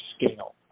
scale